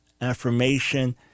affirmation